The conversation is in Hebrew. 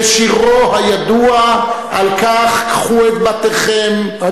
בשירו הידוע על כך: קחו את בתיכם,